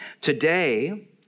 Today